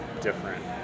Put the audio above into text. different